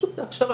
פשוט זו הכשרה.